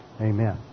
Amen